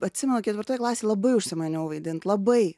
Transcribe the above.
atsimenu ketvirtoj klasėj labai užsimaniau vaidint labai